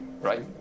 Right